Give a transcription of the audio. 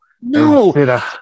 No